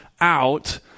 out